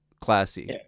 classy